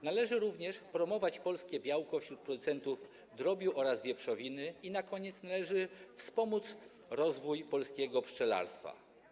Należy również promować polskie białko wśród producentów drobiu oraz wieprzowiny i na koniec należy wspomóc rozwój polskiego pszczelarstwa.